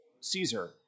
Caesar